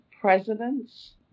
presidents